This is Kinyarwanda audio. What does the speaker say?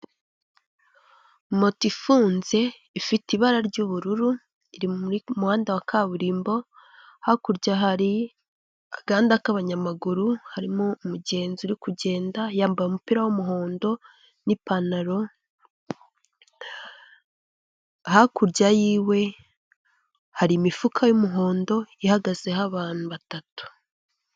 Moto ifunze ifite ibara ry'ubururu rimurika umuhanda wa kaburimbo hakurya hari agahanda k'abanyamaguru harimo umugenzi uri kugenda yambaye umupira w'umuhondo n'ipantaro hakurya y'iwe hari imifuka y'umuhondo ihagazeho abantu batatu.